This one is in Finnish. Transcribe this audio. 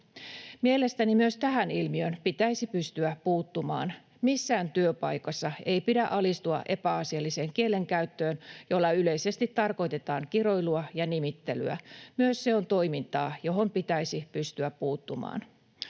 Mielestäni myös tähän ilmiöön pitäisi pystyä puuttumaan. Missään työpaikassa ei pidä alistua epäasialliseen kielenkäyttöön, jolla yleisesti tarkoitetaan kiroilua ja nimittelyä. Myös se on toimintaa, johon pitäisi pystyä puuttumaan.